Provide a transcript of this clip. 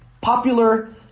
popular